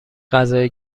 غذای